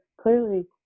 clearly